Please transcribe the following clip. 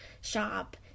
shop